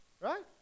Right